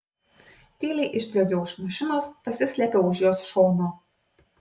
tyliai išsliuogiau iš mašinos pasislėpiau už jos šono